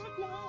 Love